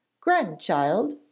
Grandchild